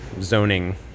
zoning